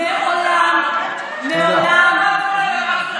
מעולם, תודה.